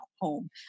home